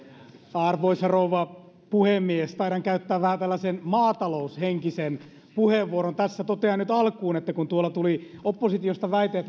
arvoisa rouva puhemies taidan käyttää vähän tällaisen maataloushenkisen puheenvuoron tässä totean nyt alkuun kun tuolta tuli oppositiosta väite että